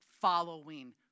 following